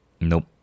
Nope